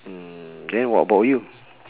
mm then what about you